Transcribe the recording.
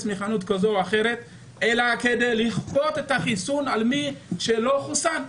לחנות כזו או אחרת אלא כדי לכפות עליהם להתחסן?